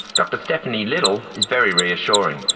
dr stephanie little is very reassuring.